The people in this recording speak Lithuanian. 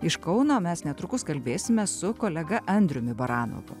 iš kauno mes netrukus kalbėsimės su kolega andriumi baranovu